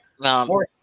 No